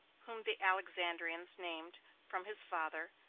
whom the alexandrians named, from his father,